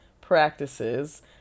practices